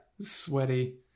Sweaty